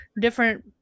different